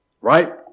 right